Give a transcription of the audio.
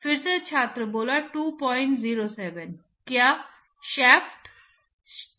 अब सीमा परत क्या है इसके विवरण में थोड़ा और चलते हैं और इनमें से कुछ प्रक्रियाओं का वर्णन करते हैं और उन्हें मापने का प्रयास करते हैं